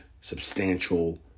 substantial